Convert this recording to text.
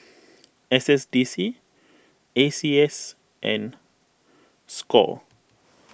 S S D C A C S and Score